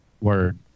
word